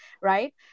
right